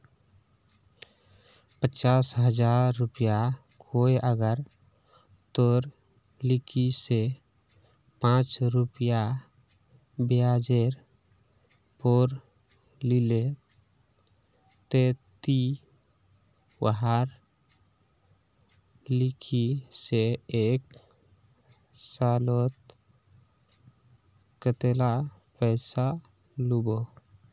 पचास हजार रुपया कोई अगर तोर लिकी से पाँच रुपया ब्याजेर पोर लीले ते ती वहार लिकी से एक सालोत कतेला पैसा लुबो?